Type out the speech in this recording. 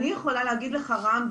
אני יכולה להגיד לך רם,